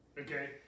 Okay